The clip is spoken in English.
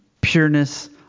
pureness